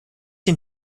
dem